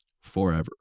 forever